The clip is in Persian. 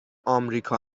آمریکا